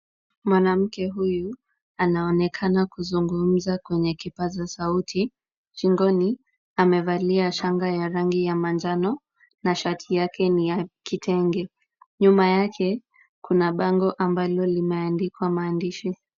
Mwanamke huyu anaonekana kuzungumza kwenye kipaza sauti. Shingoni amevalia shanga ya manjano na shati yake ni ya kitenge. Nyuma yake kuna bango mbalo limeandikwa maandishi.